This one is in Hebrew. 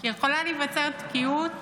כי יכולה להיווצר תקיעות